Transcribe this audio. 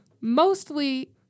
mostly